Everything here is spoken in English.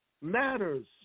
matters